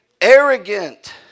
arrogant